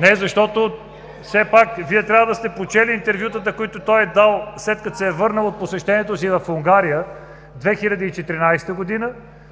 реплики.) Все пак Вие трябва да сте прочели интервютата, които той е дал, след като се е върнал от посещението си в Унгария през 2016